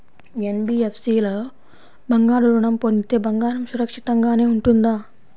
NBFC లో బంగారు ఋణం పొందితే బంగారం సురక్షితంగానే ఉంటుందా?